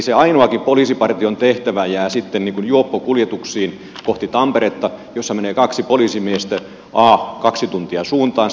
se ainoakin poliisipartion tehtävä jää sitten juoppokuljetuksiin kohti tamperetta jossa menee kaksi poliisimiestä a kaksi tuntia suuntaansa